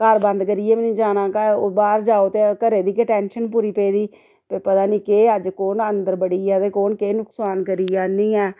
घर बंद करियै बी नेईं जाना घर ओह् बाह्र जाओ ते घरै दी गै टैंशन पूरी पेदी कि पता नी केह् अज्ज कौन अंदर बड़ी गेआ ते कौन केह् नकसान करी गेआ नी ऐ